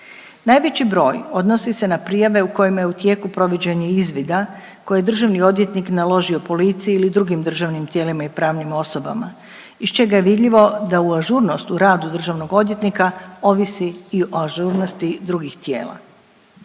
Najveći broj odnosi se na prijave u kojima je u tijeku provođenje izvida koje je državni odvjetnik naložio policiji ili drugim državnim tijelima i pravnim osobama iz čega je vidljivo da ažurnost u radu državnog odvjetnika ovisi i o ažurnosti drugih tijela.